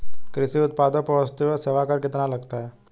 कृषि उत्पादों पर वस्तु एवं सेवा कर कितना लगता है?